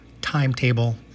timetable